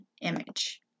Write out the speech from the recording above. image